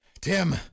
Tim